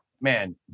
Man